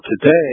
today